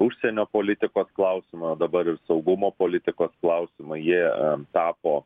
užsienio politikos klausimai o dabar ir saugumo politikos klausimai jie tapo